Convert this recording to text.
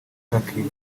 turkey